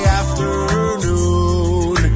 afternoon